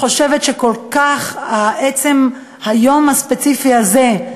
עצם היום הספציפי הזה,